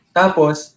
tapos